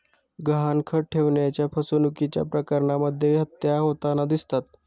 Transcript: गहाणखत ठेवण्याच्या फसवणुकीच्या प्रकरणांमध्येही हत्या होताना दिसतात